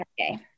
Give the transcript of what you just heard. Okay